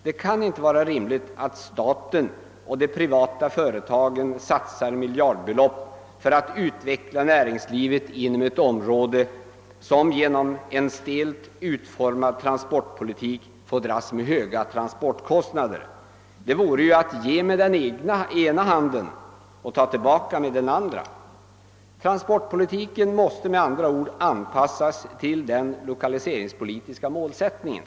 Det kan inte vara rimligt att staten och de privata företagen satsar miljardbelopp för att utveckla näringslivet inom ett område som genom en stelt utformad transportpolitik får dras med höga transportkostnader. Det vore ju att ge med den ena handen och ta tillbaka med den andra. Transportpolitiken måste med andra ord anpassas till den lokaliseringspolitiska målsättningen.